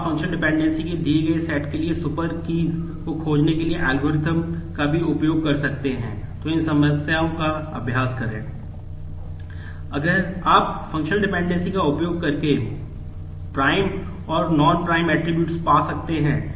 आप functional dependency का भी उपयोग कर सकते हैं